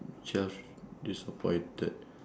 self disappointed